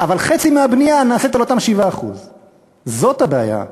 אבל חצי מהבנייה נעשית על אותם 7%. זאת הבעיה,